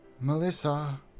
Melissa